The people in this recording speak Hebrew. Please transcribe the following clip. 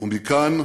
ומכאן,